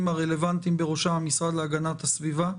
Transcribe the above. הרלוונטיים - בראשם המשרד להגנת הסביבה,